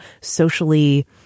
socially